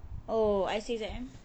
oh I_C_C_M